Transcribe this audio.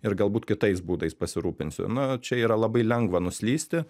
ir galbūt kitais būdais pasirūpinsiu na čia yra labai lengva nuslysti